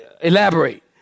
elaborate